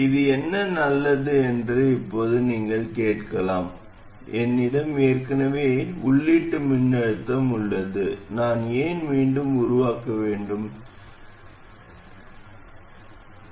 இது என்ன நல்லது என்று இப்போது நீங்கள் கேட்கலாம் என்னிடம் ஏற்கனவே உள்ளீட்டு மின்னழுத்தம் உள்ளது நான் ஏன் மீண்டும் உருவாக்க வேண்டும் புள்ளி இதுதான்